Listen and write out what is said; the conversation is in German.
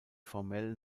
formell